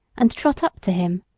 and trot up to him.